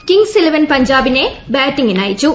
Kings eleven പഞ്ചാബിനെ ബാറ്റിങ്ങിനയച്ചു